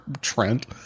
Trent